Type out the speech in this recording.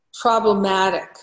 problematic